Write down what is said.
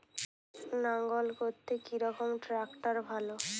লাঙ্গল করতে কি রকম ট্রাকটার ভালো?